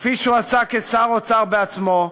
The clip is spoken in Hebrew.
כפי שעשה כשר אוצר בעצמו,